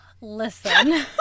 Listen